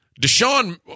Deshaun